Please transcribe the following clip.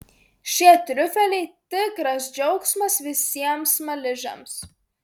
šie triufeliai tikras džiaugsmas visiems smaližiams